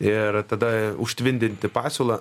ir tada užtvindinti pasiūla